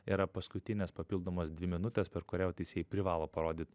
yra paskutinės papildomos dvi minutės per kurią jau teisėjai privalo parodyt